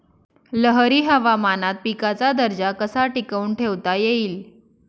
लहरी हवामानात पिकाचा दर्जा कसा टिकवून ठेवता येईल?